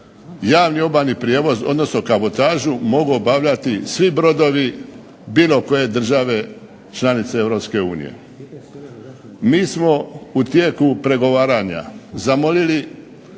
javni obalni prijevoz, odnosno kabotažu mogu obavljati svi brodovi bilo koje države članice Europske unije. Mi smo u tijeku pregovaranja zamolili